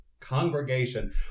congregation